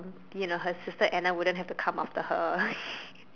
you know her sister Anna wouldn't have to come after her